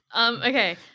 Okay